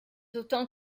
autant